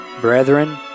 brethren